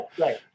right